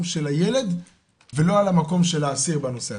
של הילד ולא על המקום של האסיר בנושא הזה,